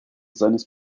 seines